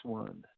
one